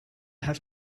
have